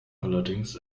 allerdings